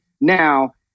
now